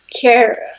care